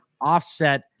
offset